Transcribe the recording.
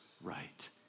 right